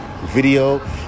video